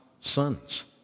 sons